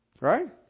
Right